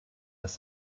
dass